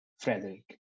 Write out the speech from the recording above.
Frederick